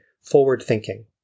forward-thinking